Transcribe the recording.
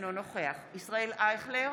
אינו נוכח ישראל אייכלר,